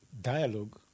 dialogue